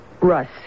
Russ